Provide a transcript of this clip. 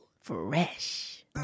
Fresh